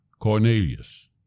Cornelius